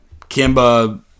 Kimba